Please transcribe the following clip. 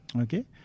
Okay